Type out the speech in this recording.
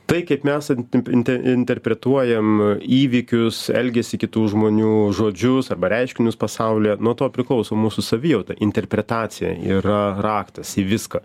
tai kaip mes inten inter interpretuojam įvykius elgesį kitų žmonių žodžius arba reiškinius pasaulyje nuo to priklauso mūsų savijauta interpretacija yra raktas į viską